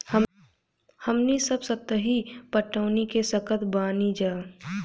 हमनी सब सतही पटवनी क सकतऽ बानी जा